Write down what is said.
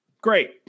Great